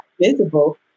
visible